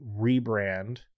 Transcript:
rebrand